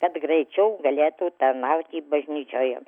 kad greičiau galėtų tarnauti bažnyčioje